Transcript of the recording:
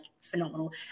phenomenal